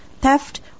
theft